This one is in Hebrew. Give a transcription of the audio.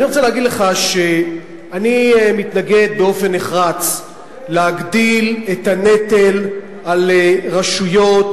אני רוצה להגיד לך שאני מתנגד באופן נחרץ להגדלת הנטל על רשויות